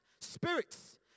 spirits